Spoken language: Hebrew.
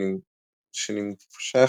שנמשך